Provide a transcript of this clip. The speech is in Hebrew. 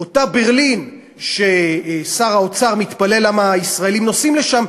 אותה ברלין ששר האוצר מתפלא למה הישראלים נוסעים לשם,